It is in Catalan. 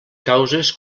causes